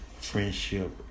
friendship